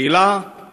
השאלה היא